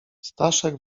staszek